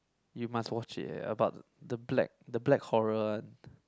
you must watch it eh about the black the black horror one